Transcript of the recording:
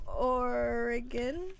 Oregon